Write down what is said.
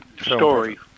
story